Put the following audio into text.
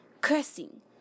cursing